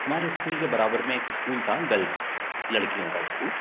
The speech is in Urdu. ہمارے اسکول کے برابر میں ایک اسکول تھا گرلس لڑکیوں کا اسکول